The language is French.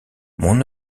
mon